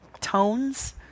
tones